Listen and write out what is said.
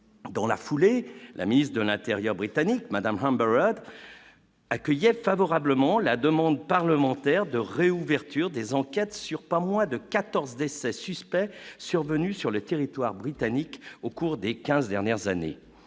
dans la foulée, la ministre de l'intérieur britannique Madame Rambert relate. Accueillait favorablement la demande parlementaire de réouverture des enquêtes sur pas moins de 14 décès suspects survenus sur le territoire britannique au cours des 15 dernières années,